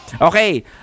Okay